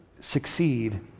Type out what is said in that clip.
succeed